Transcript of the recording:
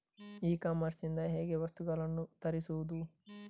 E commerce ಇಂದ ಹೇಗೆ ವಸ್ತುಗಳನ್ನು ತರಿಸುವುದು?